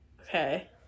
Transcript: Okay